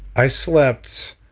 i slept,